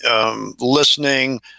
listening